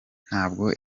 ntabwo